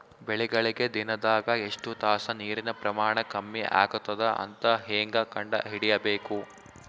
ಬೆಳಿಗಳಿಗೆ ದಿನದಾಗ ಎಷ್ಟು ತಾಸ ನೀರಿನ ಪ್ರಮಾಣ ಕಮ್ಮಿ ಆಗತದ ಅಂತ ಹೇಂಗ ಕಂಡ ಹಿಡಿಯಬೇಕು?